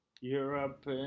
Europe